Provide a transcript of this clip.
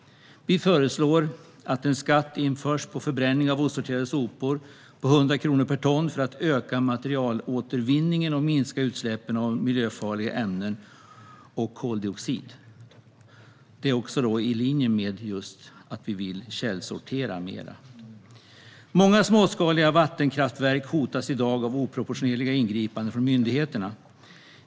Vi föreslår att en skatt införs på förbränning av osorterade sopor på 100 kronor per ton för att öka materialåtervinningen och minska utsläppen av miljöfarliga ämnen och koldioxid. Det ligger också i linje med att vi vill att man ska källsortera mera. Många småskaliga vattenkraftverk hotas i dag av oproportionerliga ingripanden från myndigheterna.